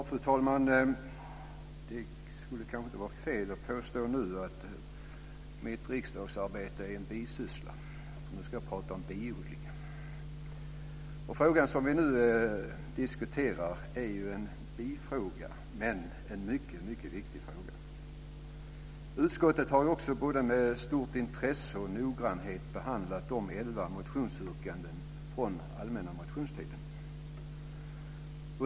Fru talman! Det skulle kanske inte vara fel att påstå att mitt riksdagsarbete är en bisyssla, för nu ska jag prata om biodling. Frågan vi nu diskuterar är en bifråga, men en mycket viktig fråga. Utskottet har också med både intresse och noggrannhet behandlat de elva motionsyrkandena från allmänna motionstiden.